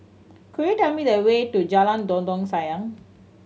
could you tell me the way to Jalan Dondang Sayang